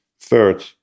Third